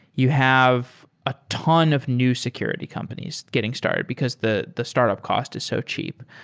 you have a ton of new security companies getting started because the the startup cost is so cheap.